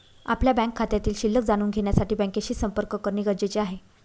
आपल्या बँक खात्यातील शिल्लक जाणून घेण्यासाठी बँकेशी संपर्क करणे गरजेचे आहे